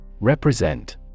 Represent